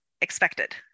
expected